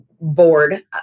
board